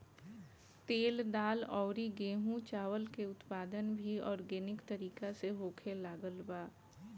तेल, दाल अउरी गेंहू चावल के उत्पादन भी आर्गेनिक तरीका से होखे लागल बा